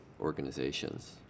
organizations